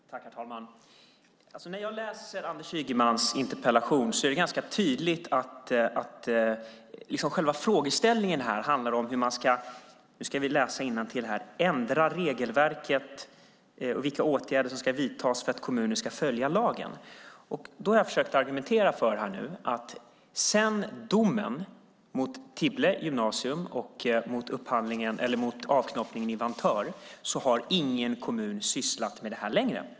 Herr talman! När jag läser Anders Ygemans interpellation ser jag att det är ganska tydligt att själva frågeställningen handlar om - nu ska vi läsa innantill - hur man ska ändra regelverket och vilka åtgärder som ska vidtas för att kommuner ska följa lagen. Jag har här försökt att argumentera att ingen kommun har sysslat med detta sedan domarna mot Tibble gymnasium och mot avknoppningen i Vantör.